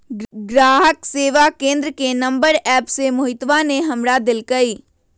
ग्राहक सेवा केंद्र के नंबर एप्प से मोहितवा ने हमरा देल कई